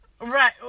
Right